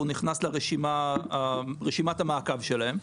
הוא נכנס לרשימת המעקב שלהם.